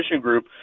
group